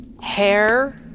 Hair